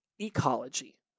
ecology